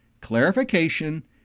clarification